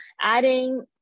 adding